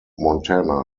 montana